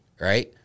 right